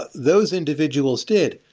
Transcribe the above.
but those individuals did,